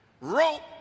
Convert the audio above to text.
rope